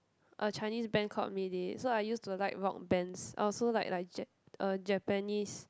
a Chinese band called Mayday so I used to like rock bands I also like like jap~ uh Japanese